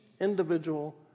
individual